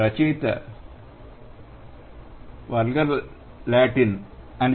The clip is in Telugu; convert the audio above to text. రచయిత వల్గర్ లాటిన్ అని